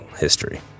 history